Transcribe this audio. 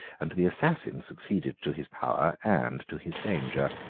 and the assassin succeeded to his power and to his danger.